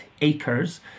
acres